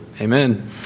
Amen